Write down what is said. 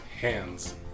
Hands